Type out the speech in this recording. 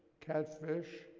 catfish,